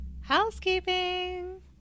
Housekeeping